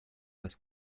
was